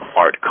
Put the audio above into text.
art